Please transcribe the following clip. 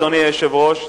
אדוני היושב-ראש,